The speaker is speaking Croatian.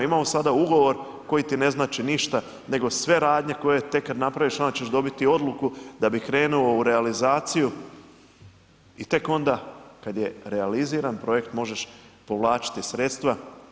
Imamo sada ugovor koji ti ne znači ništa nego sve radnje tek kada napraviš onda ćeš dobiti odluku da bi krenuo u realizaciju i tek onda kada je realiziran projekt možeš povlačiti sredstva.